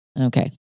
Okay